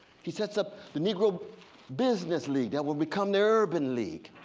he sets up the negro business league, that will become the urban league.